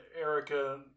Erica –